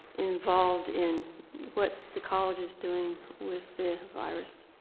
involved in what the college is doing with the virus.